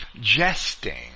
jesting